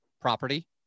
property